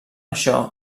això